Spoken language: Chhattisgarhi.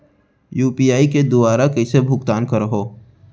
यू.पी.आई के दुवारा कइसे भुगतान करहों?